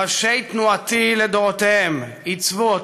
ראשי תנועתי לדורותיהם עיצבו אותה: